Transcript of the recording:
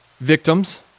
victims